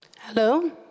Hello